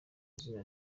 izina